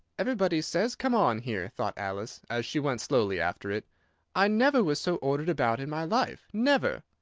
everybody says come on here, thought alice, as she went slowly after it i never was so ordered about in my life, never!